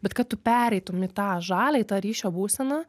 bet kad tu pereitum į tą žalią į tą ryšio būseną